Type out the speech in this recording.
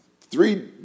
three